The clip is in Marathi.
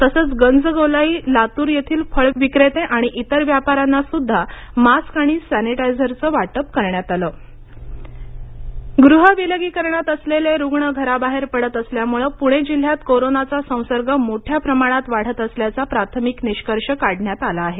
तसेच गंजगोलाई लातूर येथील फळ भाजी विक्रेते आणि इतर व्यापाऱ्यांना सुद्धा मास्क आणि सॅनिटायझरचे वाटप करण्यात आलं गुहविलगीकरण पणे गृह विलगीकरणात असलेले रुग्ण घराबाहेर पडत असल्यामुळे पुणे जिल्ह्यात कोरोनाचा संसर्ग मोठ्या प्रमाणात वाढत असल्याचा प्राथमिक निष्कर्ष काढण्यात आला आहे